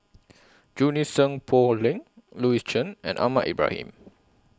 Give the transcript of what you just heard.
Junie Sng Poh Leng Louis Chen and Ahmad Ibrahim